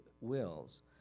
wills